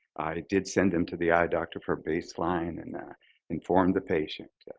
i did send them to the eye doctor for baseline and informed the patient.